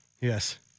Yes